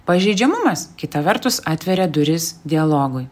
pažeidžiamumas kita vertus atveria duris dialogui